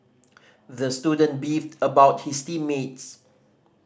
the student beefed about his team mates